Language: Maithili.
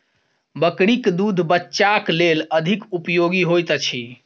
बकरीक दूध बच्चाक लेल अधिक उपयोगी होइत अछि